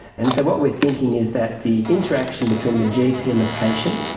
and so what we're thinking is that the interaction between the gp and the patient,